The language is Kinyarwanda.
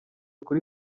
kuri